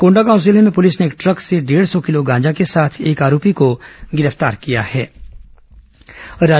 कोंडागांव जिले में पुलिस ने एक ट्रक से डेढ़ सौ किलो गांजा के साथ एक आरोपी को गिरफ्तार किया है